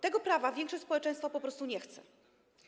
Tego prawa większość społeczeństwa po prostu nie chce.